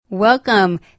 Welcome